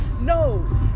No